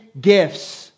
gifts